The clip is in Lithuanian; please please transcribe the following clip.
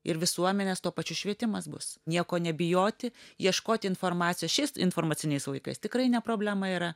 ir visuomenės tuo pačiu švietimas bus nieko nebijoti ieškoti informacijos šiais informaciniais laikais tikrai ne problema yra